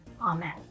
amen